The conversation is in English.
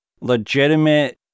legitimate